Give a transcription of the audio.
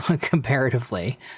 Comparatively